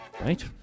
Right